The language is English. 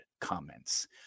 comments